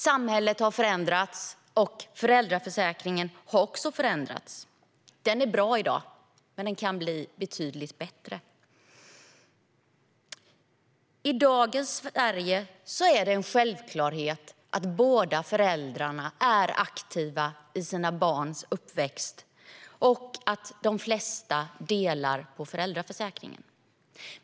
Samhället har förändrats, och föräldraförsäkringen har också förändrats. Den är bra i dag, men den kan bli betydligt bättre. I dagens Sverige är det en självklarhet att båda föräldrarna är aktiva i sina barns uppväxt och att de flesta delar på föräldraförsäkringen.